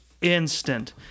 instant